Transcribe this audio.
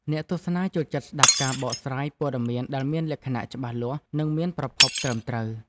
អ្នកទស្សនាចូលចិត្តស្តាប់ការបកស្រាយព័ត៌មានដែលមានលក្ខណៈច្បាស់លាស់និងមានប្រភពត្រឹមត្រូវ។